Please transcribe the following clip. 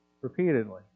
Repeatedly